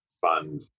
fund